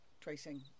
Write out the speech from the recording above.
tracing